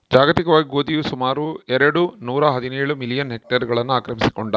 ಜಾಗತಿಕವಾಗಿ ಗೋಧಿಯು ಸುಮಾರು ಎರೆಡು ನೂರಾಹದಿನೇಳು ಮಿಲಿಯನ್ ಹೆಕ್ಟೇರ್ಗಳನ್ನು ಆಕ್ರಮಿಸಿಕೊಂಡಾದ